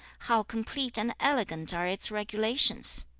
how complete and elegant are its regulations!